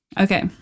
Okay